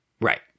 Right